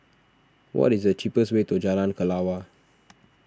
what is the cheapest way to Jalan Kelawar